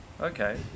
Okay